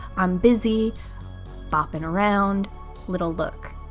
i'm busy bopping around little look